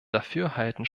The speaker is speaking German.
dafürhalten